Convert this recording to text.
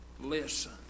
listen